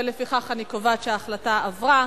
ולפיכך אני קובעת שההחלטה עברה.